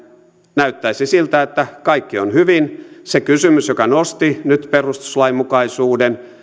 näyttäisi siltä että kaikki on hyvin se kysymys joka nosti nyt perustuslainmukaisuuden